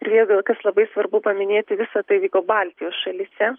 ir beje kas labai svarbu paminėti visa tai vyko baltijos šalyse